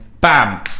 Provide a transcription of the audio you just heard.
bam